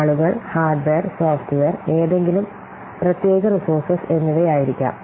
ആളുകൾ hardware software ഏതെങ്കിലും പ്രത്യേക റീസോര്സെസ്സ് എന്നിവയായിരിക്കാം